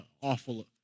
awful